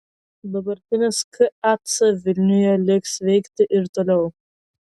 dabartinis kac vilniuje liks veikti ir toliau